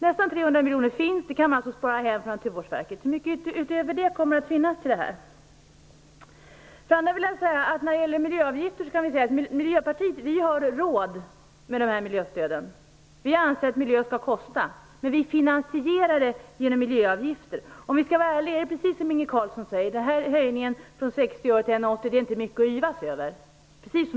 Nästan 300 miljoner finns. Det kan man spara in från Naturvårdsverket. Hur mycket utöver det kommer att finnas till detta? Så till frågan om miljöavgifter. Miljöpartiet har råd med miljöstöden. Vi anser att miljön skall kosta. Men vi finansierar det med miljöavgifter. Om vi skall vara ärliga är det precis som Inge Carlsson säger. Höjningen från 60 öre till 1:80 kr är inte mycket att yvas över.